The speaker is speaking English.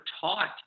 taught